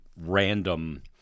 random